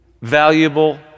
valuable